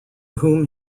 whom